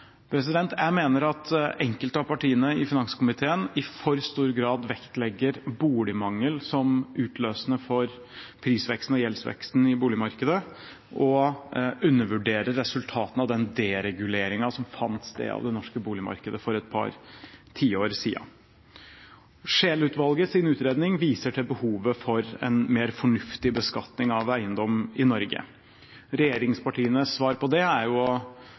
Jeg mener at enkelte av partiene i finanskomiteen i for stor grad vektlegger boligmangel som utløsende for prisveksten og gjeldsveksten i boligmarkedet, og undervurderer resultatene av den dereguleringen som fant sted av det norske boligmarkedet for et par tiår siden. Scheel-utvalgets utredning viser til behovet for en mer fornuftig beskatning av eiendom i Norge. Regjeringspartienes svar på det er